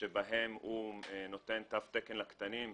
שבהן הוא נותן תו תקן לקטנים,